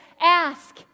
ask